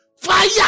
fire